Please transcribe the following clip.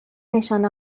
نشانه